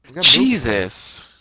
Jesus